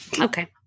Okay